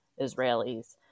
Israelis